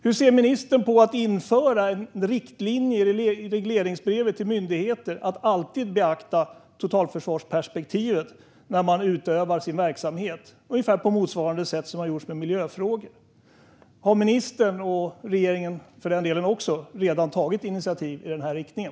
Hur ser ministern på att införa riktlinjer i regleringsbreven till myndigheter om att alltid beakta totalförsvarsperspektivet när man utövar sin verksamhet, på ungefär motsvarande sätt som har gjorts med miljöfrågor? Har ministern, och för den delen också regeringen, redan tagit initiativ i den riktningen?